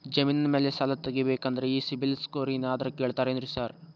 ಜಮೇನಿನ ಮ್ಯಾಲೆ ಸಾಲ ತಗಬೇಕಂದ್ರೆ ಈ ಸಿಬಿಲ್ ಸ್ಕೋರ್ ಏನಾದ್ರ ಕೇಳ್ತಾರ್ ಏನ್ರಿ ಸಾರ್?